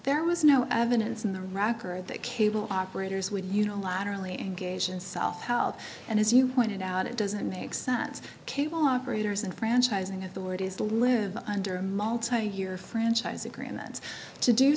there was no evidence in the record that cable operators we unilaterally engage in self help and as you pointed out it doesn't make sense cable operators and franchising authorities to live under a multi year franchise agreement to do